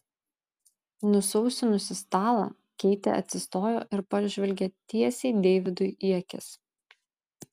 nusausinusi stalą keitė atsistojo ir pažvelgė tiesiai deividui į akis